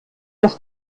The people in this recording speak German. das